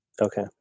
Okay